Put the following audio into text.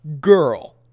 Girl